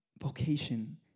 Vocation